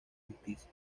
justicia